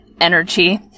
energy